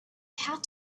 had